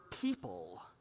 people